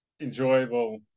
enjoyable